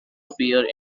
appear